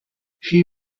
she